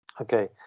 Okay